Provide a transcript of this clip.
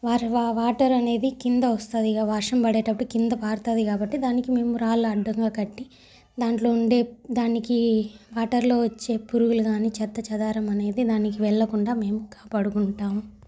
war వా water అనేది కింద వస్తుంది కదా వర్షం పడేటప్పుడు కింద పారతుంది కాబట్టి దానికి మేము రాళ్ళు అడ్డంగా కట్టి దాంట్లో ఉండే దానికి వాటర్లో వచ్చే పురుగులు కానీ చెత్త చెదారం అనేది దానికి వెళ్ళకుండా దానికి మేమ్ కాపాడుకుంటాము